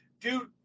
Dude